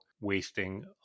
wasting